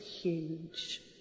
huge